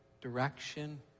direction